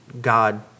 God